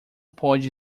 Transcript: pode